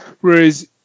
Whereas